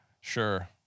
Sure